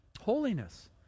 Holiness